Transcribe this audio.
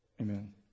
Amen